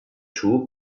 too